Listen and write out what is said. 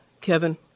Kevin